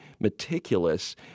meticulous